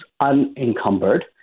unencumbered